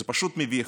זה פשוט מביך.